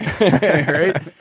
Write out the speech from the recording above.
Right